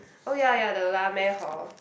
oh ya ya the lah meh hor